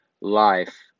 life